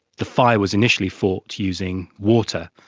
the fire was initially fought using water,